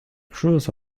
cruise